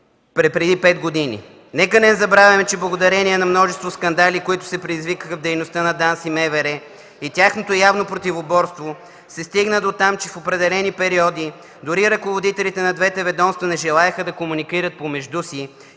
преди пет години. Нека не забравяме, че благодарение на множество скандали, които се предизвикаха в дейността на ДАНС и МВР и тяхното явно противоборство се стигна дотам, че в определени периоди дори ръководители на двете ведомства не желаеха да комуникират помежду си